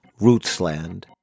Rootsland